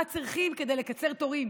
מה צריך כדי לקצר תורים.